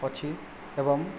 ଅଛି ଏବଂ